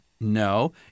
No